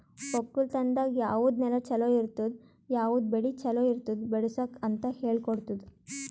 ಒಕ್ಕಲತನದಾಗ್ ಯಾವುದ್ ನೆಲ ಛಲೋ ಇರ್ತುದ, ಯಾವುದ್ ಬೆಳಿ ಛಲೋ ಇರ್ತುದ್ ಬೆಳಸುಕ್ ಅಂತ್ ಹೇಳ್ಕೊಡತ್ತುದ್